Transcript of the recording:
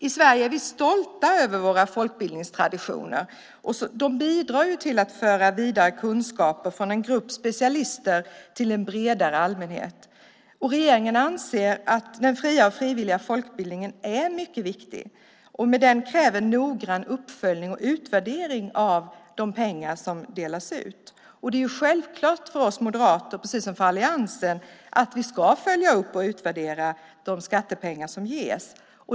I Sverige är vi stolta över våra folkbildningstraditioner. De bidrar till att föra vidare kunskaper från en grupp specialister till en bredare allmänhet. Regeringen anser att den fria och frivilliga folkbildningen är mycket viktig. Men den kräver noggrann uppföljning och utvärdering i fråga om de pengar som delas ut. Det är självklart för oss moderater och hela alliansen att vi ska följa upp och utvärdera de skattepengar som ges.